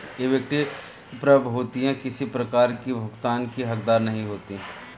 equity प्रभूतियाँ किसी प्रकार की भुगतान की हकदार नहीं होती